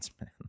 man